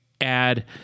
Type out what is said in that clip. add